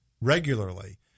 regularly